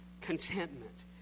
contentment